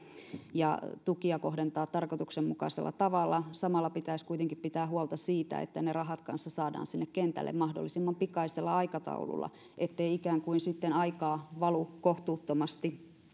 ja tukia kohdentaa tarkoituksenmukaisella tavalla samalla pitäisi kuitenkin pitää huolta siitä että ne rahat kanssa saadaan sinne kentälle mahdollisimman pikaisella aikataululla ettei ikään kuin aikaa valu kohtuuttomasti